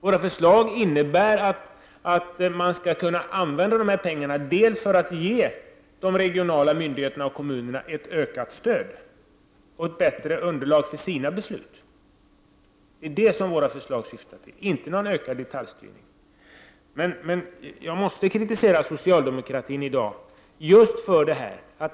Våra förslag innebär att man skall kunna använda pengarna till att ge de regionala myndigheterna och kommunerna ett ökat stöd och ett bättre underlag för sina beslut. Detta syftar våra förslag till, inte till ökad detaljstyrning. Jag måste dock kritisera socialdemokratin i dag.